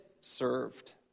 served